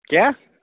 کیٛاہ